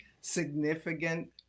significant